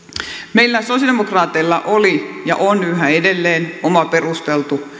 meillä sosialidemokraateilla oli ja on yhä edelleen oma perusteltu